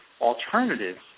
alternatives